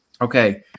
okay